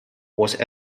was